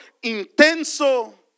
intenso